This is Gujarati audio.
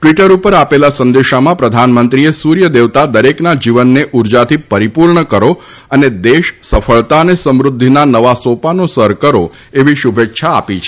ટ્વીટર ઉપર આપેલા સંદેશામાં પ્રધાનમંત્રીએ સૂર્ય દેવતા દરેકના જીવનને ઉર્જાથી પરિપૂર્ણ કરો અને દેશ સફળતા અને સમૃદ્ધિના નવા સોપાનો સર કરો એવી શુભેચ્છા આપી છે